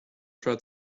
try